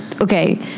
okay